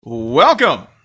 Welcome